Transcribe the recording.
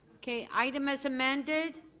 okay item as amended.